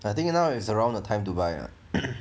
I think now is around the time to buy ah